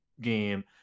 game